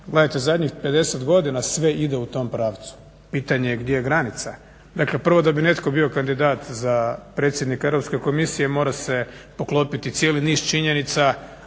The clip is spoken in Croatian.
Gledajte, zadnjih 50 godina sve ide u tom pravcu. Pitanje je gdje je granica. Dakle, prvo da bi netko bio kandidat za predsjednika Europske komisije mora se poklopiti cijeli niz činjenica,